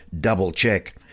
double-check